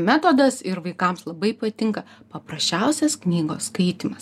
metodas ir vaikams labai patinka paprasčiausias knygos skaitymas